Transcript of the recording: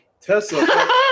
Tesla